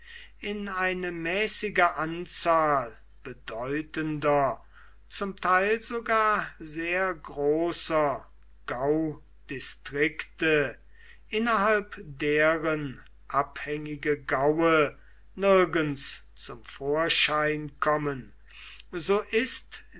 in eine mäßige anzahl bedeutender zum teil sogar sehr großer gaudistrikte innerhalb deren abhängige gaue nirgends zum vorschein kommen so ist